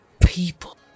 People